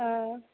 हँ